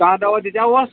کانٛہہ دوا دژیاہوس